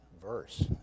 verse